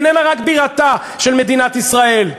היא איננה רק בירתה של מדינת ישראל,